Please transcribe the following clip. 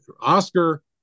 Oscar